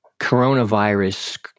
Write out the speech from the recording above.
coronavirus